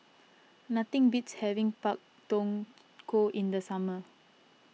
nothing beats having Pak Thong Ko in the summer